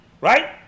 Right